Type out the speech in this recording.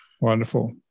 Wonderful